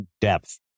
depth